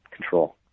control